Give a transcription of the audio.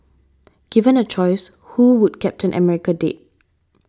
given a choice who would Captain America date